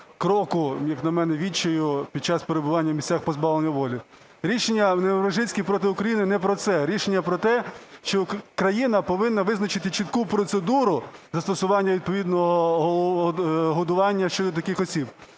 кроку, як на мене, відчаю під час перебування у місцях позбавлення волі. Рішення "Невмержицький проти України" не про це. Рішення про те, що країна повинна визначити чітку процедуру застосування відповідного годування щодо таких осіб.